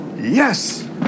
Yes